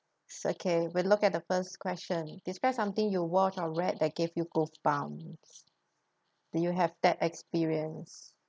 so okay we look at the first question describe something you watch or read that gave you goosebumps do you have that experience